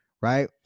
right